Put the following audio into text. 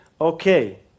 okay